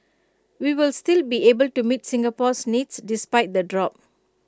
we will still be able to meet Singapore's needs despite the drop